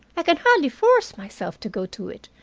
i can hardly force myself to go to it.